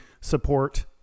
support